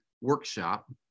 workshop